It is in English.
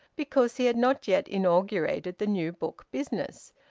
because he had not yet inaugurated the new-book business,